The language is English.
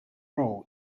role